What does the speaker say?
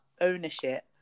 ownership